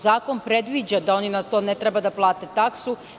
Zakon predviđa da oni na to ne treba da plate taksu.